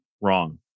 wrong